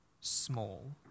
small